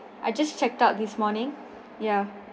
I just checked out this morning ya